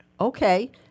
Okay